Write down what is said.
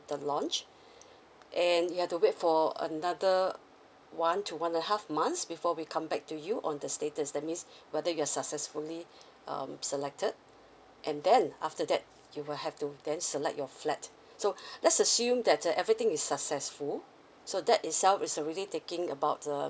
the launch and you have to wait for another one to one and a half months before we come back to you on the status that means whether you're successfully um selected and then after that you will have to then select your flat so let's assume that uh everything is successful so that itself is really taking about err